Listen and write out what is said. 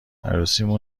عروسیمون